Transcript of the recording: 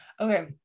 okay